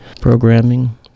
programming